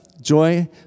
joy